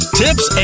tips